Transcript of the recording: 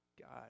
God